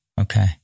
okay